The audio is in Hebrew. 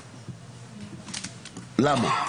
למה?